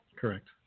Correct